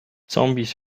zombies